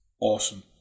awesome